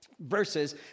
Verses